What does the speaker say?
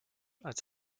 als